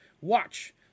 Watch